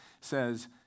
says